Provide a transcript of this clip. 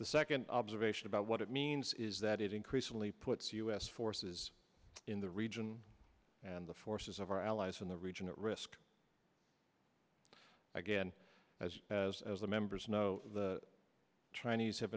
the second observation about what it means is that it increasingly puts u s forces in the region and the forces of our allies in the region at risk again as as as the members know t